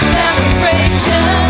celebration